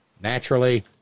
Naturally